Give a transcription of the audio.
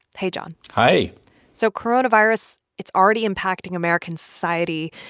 hey, jon hi so coronavirus it's already impacting american society.